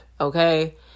okay